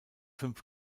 fünf